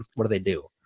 what do they do?